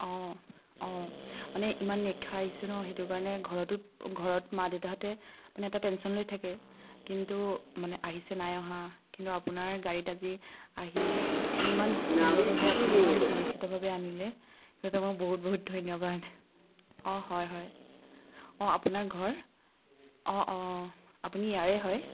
অঁ অঁ মানে ইমান নিশা আহিছোঁ ন সেইটো কাৰণে ঘৰতো ঘৰত মা দেউতাহঁতে মানে এটা টেনচন লৈ থাকে কিন্তু মানে আহিছে নাই অহা কিন্তু আপোনাৰ গাড়ীত আজি আহি মানে ইমান সুন্দৰভাৱে আপুনি ইমান সুৰক্ষিতভাৱে আনিলে সেইবাবে মোক বহুত বহুত ধন্যবাদ অঁ হয় হয় অঁ আপোনাৰ ঘৰ অঁ অঁ আপুনি ইয়াৰে হয়